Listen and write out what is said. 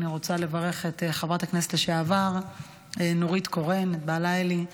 אני רוצה לברך את חברת הכנסת לשעבר נורית קורן ובעלה אלי.